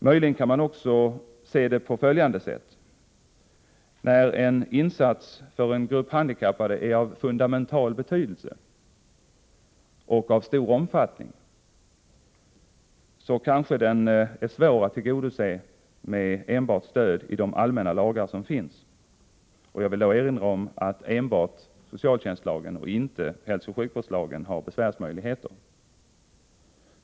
Möjligen kan man också se det på följande sätt: När en insats för en grupp handikappade är av fundamental betydelse och av stor omfattning kanske den är svår att tillgodose med stöd enbart i de allmänna lagarna. Jag vill då erinra om att enbart socialtjänstlagen och inte hälsooch sjukvårdslagen har besvärsmöjligheter.